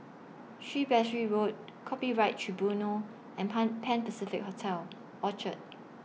Shrewsbury Road Copyright Tribunal and Pan Pan Pacific Hotel Orchard